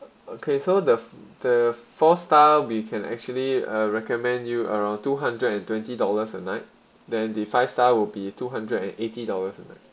okay so the the four star we can actually uh recommend you around two hundred and twenty dollars a night than the five star will be two hundred and eighty dollars a night